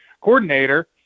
coordinator